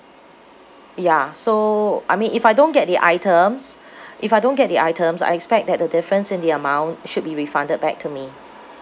ya so I mean if I don't get the items if I don't get the items I expect that the difference in the amount should be refunded back to me